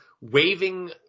waving